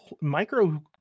micro